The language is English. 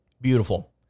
Beautiful